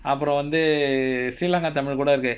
அப்புறம் வந்து:appuram vanthu sri lanka tamil கூட இருக்கு:kooda irukku